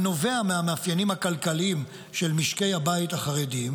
הנובע מהמאפיינים הכלכליים של משקי הבית החרדיים,